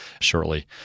shortly